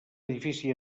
edifici